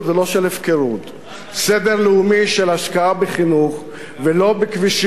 ולא של הפקרות,